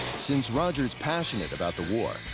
since roger's passionate about the war,